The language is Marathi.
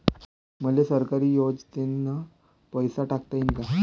मले सरकारी योजतेन पैसा टाकता येईन काय?